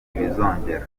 ntibizongera